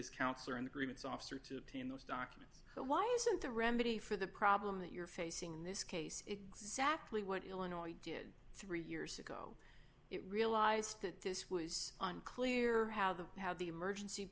his counselor and agreements officer to obtain those documents why isn't the remedy for the problem that you're facing in this case exactly what illinois did three years ago it realized that this was unclear how the how the emergency